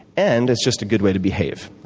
and it's just a good way to behave,